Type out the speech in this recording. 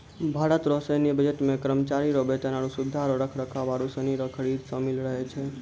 भारत रो सैन्य बजट मे करमचारी रो बेतन, आरो सुबिधा रो रख रखाव आरू सनी रो खरीद सामिल रहै छै